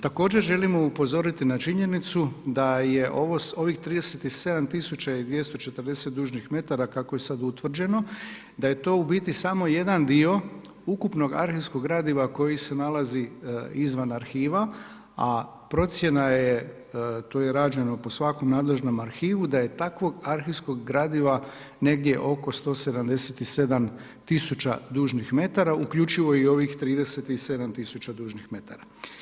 Također želimo upozoriti na činjenicu da je ovih 37 240 dužnih metara, kako je sad utvrđeno, da je to u biti samo jedan dio ukupnog arhivskog gradiva koji se nalazi izvan arhiva, a procjena je, to je rađeno po svakom nadležnom arhivu, da je takvog arhivskog gradiva negdje oko 177 000 dužnih metara, uključivo i ovih 37 000 dužnih metara.